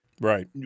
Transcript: Right